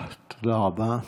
תודה רבה.